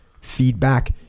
feedback